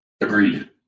Agreed